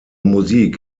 musik